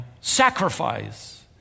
sacrifice